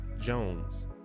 Jones